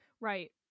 Right